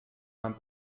man